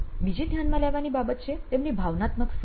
બીજી ધ્યાનમાં લેવાની બાબત છે તેમની ભાવનાત્મક સ્થિતિ